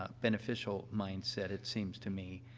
ah beneficial mindset, it seems to me,